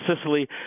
Sicily